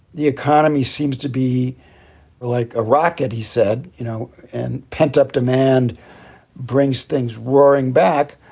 the economy seems to be like a rocket, he said, you know, and pent up demand brings things roaring back.